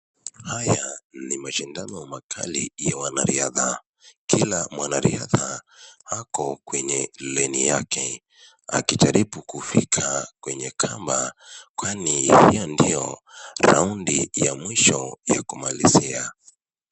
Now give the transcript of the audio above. Haya ni mashindano makali ya wanariadha, kila mwanariadha ako kwenye leni yake. Akijaribu kufika kwenye kamba, kwani hiyo ndiyo raundi ya mwisho ya kumalizia.